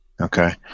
okay